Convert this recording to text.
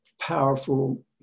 powerful